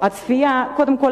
קודם כול,